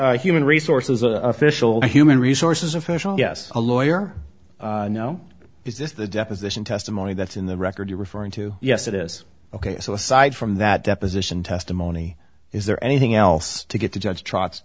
a human resources a fishel human resources official yes a lawyer no is this the deposition testimony that's in the record you're referring to yes it is ok so aside from that deposition testimony is there anything else to get the judge trots